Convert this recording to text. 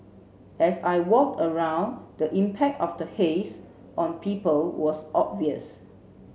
as I walked around the impact of the haze on people was obvious